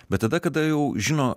bet tada kada jau žino